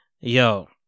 yo